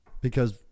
Because-